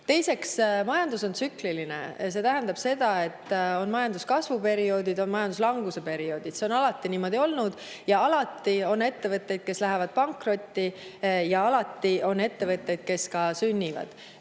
majandus on tsükliline. See tähendab seda, et on majanduskasvu perioodid ja on majanduslanguse perioodid. See on alati niimoodi olnud ja alati on ettevõtteid, kes lähevad pankrotti, ja alati on ka ettevõtteid, kes sünnivad.